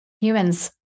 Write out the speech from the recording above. humans